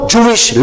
Jewish